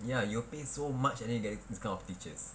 ya you pay so much and then you get this kind of teachers